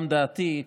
גם דעתי,